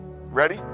Ready